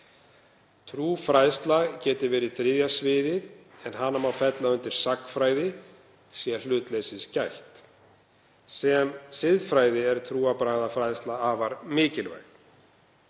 Trúfræðsla gæti verið þriðja sviðið en hana má fella undir sagnfræði, sé hlutleysis gætt. Sem siðfræði er trúarbragðafræðsla afar mikilvæg.